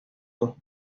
dos